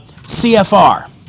cfr